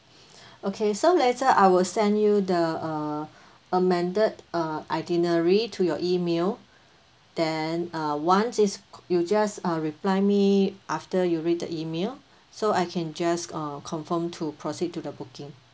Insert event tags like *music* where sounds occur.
*breath* okay so later I will send you the uh *breath* amended uh itinerary to your E-mail then uh once it's c~ you just uh reply me after you read the email so I can just c~ uh confirm to proceed to the booking